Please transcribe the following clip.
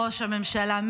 ראש הממשלה,